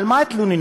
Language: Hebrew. על מה התלוננו?